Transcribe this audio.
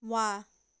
वा